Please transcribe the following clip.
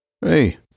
hey